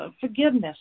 forgiveness